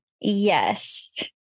Yes